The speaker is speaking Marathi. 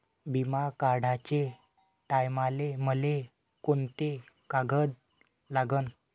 बिमा काढाचे टायमाले मले कोंते कागद लागन?